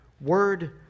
word